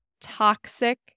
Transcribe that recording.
toxic